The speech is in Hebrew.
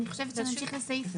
יש פה שינוי מ-"סבירה"